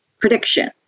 prediction